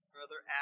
Brother